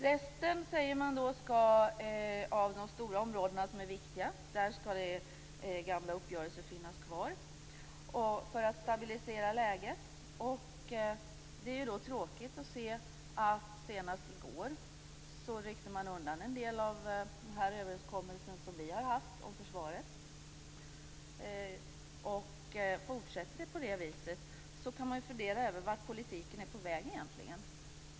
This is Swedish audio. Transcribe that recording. På resten av de stora områdena som är viktiga skall gamla uppgörelser finnas kvar för att stabilisera läget. Det är tråkigt att se att man senast i går ryckte undan en del av den överenskommelse vi har haft om försvaret. Fortsätter det på det viset kan man fundera över vart politiken egentligen är på väg.